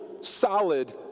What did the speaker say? solid